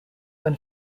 when